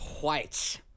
White